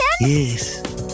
Yes